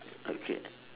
okay